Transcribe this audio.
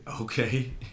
Okay